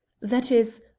that is,